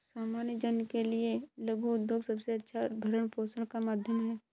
सामान्य जन के लिये लघु उद्योग सबसे अच्छा भरण पोषण का माध्यम है